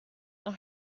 noch